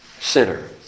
sinner